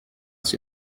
ist